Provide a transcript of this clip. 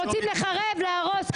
רוצים לחרב, להרוס?